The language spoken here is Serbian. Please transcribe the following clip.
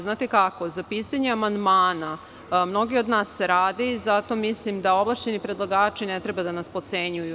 Znate, za pisanje amandmana mnogi od nas rade i zato mislim da ovlašćeni predlagači ne treba da nas potcenjuju.